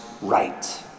right